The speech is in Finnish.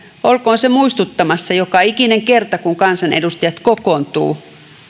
olkoon se muistuttamassa joka ikinen kerta kun kansanedustajat kokoontuvat